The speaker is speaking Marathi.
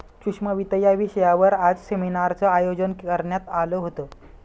सूक्ष्म वित्त या विषयावर आज सेमिनारचं आयोजन करण्यात आलं होतं